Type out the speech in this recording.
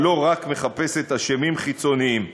ולא רק מחפשת אשמים חיצוניים.